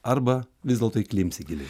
arba vis dėlto įklimpsi giliai